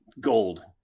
Gold